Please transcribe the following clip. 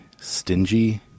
stingy